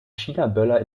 chinaböller